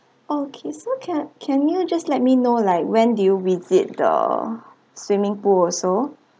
oh okay so can can you just let me know like when did you visit the swimming pool also